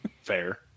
Fair